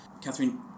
Catherine